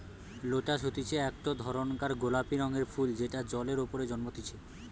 lotus হতিছে একটো ধরণকার গোলাপি রঙের ফুল যেটা জলের ওপরে জন্মতিচ্ছে